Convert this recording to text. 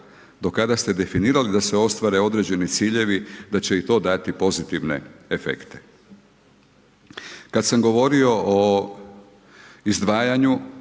do kada ste definirali da se ostvare određeni ciljevi da će to dati pozitivne efekte. Kad sam govorio o izdvajanju,